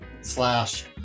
slash